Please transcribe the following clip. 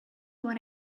when